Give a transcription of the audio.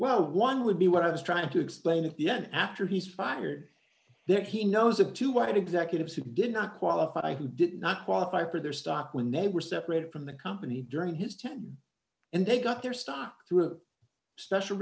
well one would be what i was trying to explain at the end after he's fired there he knows of two white executives who did not qualify who did not qualify for their stock when they were separated from the company during his tenure and they got their stock through a special